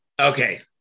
okay